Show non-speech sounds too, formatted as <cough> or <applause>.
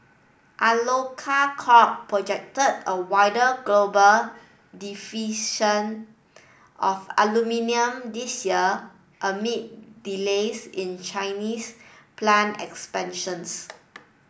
Alcoa Corp projected a wider global <unintelligible> of aluminium this year amid delays in Chinese plant expansions